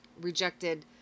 rejected